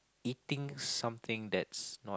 eating something that's not